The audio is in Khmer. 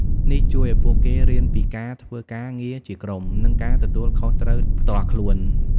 នេះជួយឲ្យពួកគេរៀនពីការធ្វើការងារជាក្រុម និងការទទួលខុសត្រូវផ្ទាល់ខ្លួន។